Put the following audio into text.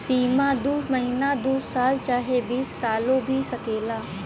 सीमा दू महीना दू साल चाहे बीस सालो भी सकेला